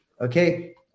Okay